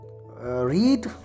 read